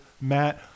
Matt